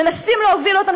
מנסים להוביל אותנו,